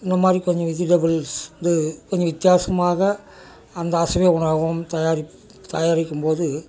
இந்தமாதிரி கொஞ்சம் வெஜிடபுள்ஸ் வந்து கொஞ்சம் வித்தியாசமாக அந்த அசைவ உணவகம் தயாரிப்பு தயாரிக்கும் போது